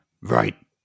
Right